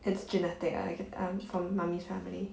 it's genetic I I'm from mummy's family